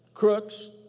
crooks